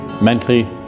mentally